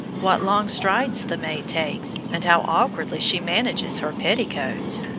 what long strides the maid takes, and how awkwardly she manages her petticoats!